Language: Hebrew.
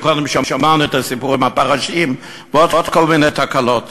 וקודם שמענו את הסיפורים על הפרשים ועל עוד כל מיני תקלות.